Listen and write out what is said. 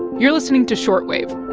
you're listening to short wave